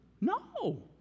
No